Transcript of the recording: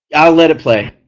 i'll let it play.